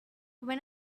when